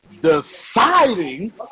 Deciding